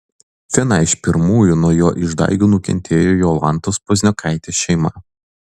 viena pirmųjų nuo jo išdaigų nukentėjo jolantos pazniokaitės šeima